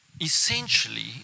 Essentially